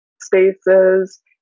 spaces